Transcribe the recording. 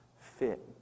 fit